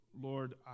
Lord